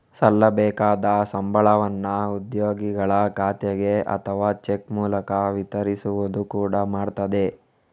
ಸಲ್ಲಬೇಕಾದ ಸಂಬಳವನ್ನ ಉದ್ಯೋಗಿಗಳ ಖಾತೆಗೆ ಅಥವಾ ಚೆಕ್ ಮೂಲಕ ವಿತರಿಸುವುದು ಕೂಡಾ ಮಾಡ್ತದೆ